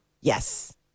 Yes